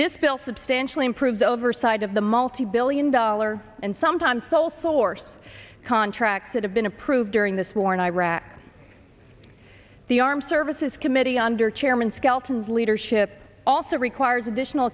this bill substantially improve the oversight of the multibillion dollar and sometimes sole source contract that have been approved during this war in iraq the armed services committee under chairman skelton's leadership also requires additional